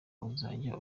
uzajya